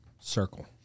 circle